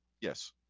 yes